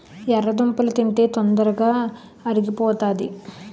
ఎర్రదుంపలు తింటే తొందరగా అరిగిపోతాది